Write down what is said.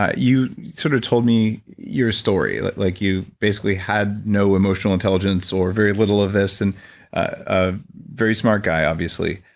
ah you sort of told me your story. like like you basically had no emotional intelligence or very little of this and a very smart guy, obviously.